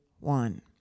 One